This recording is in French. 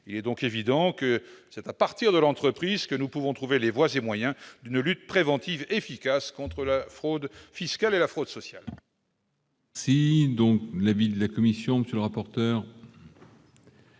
Il est donc évident que c'est à partir de l'entreprise que nous pouvons trouver les voies et moyens d'une lutte préventive efficace contre la fraude fiscale et sociale. Quel est l'avis de la commission ? En abaissant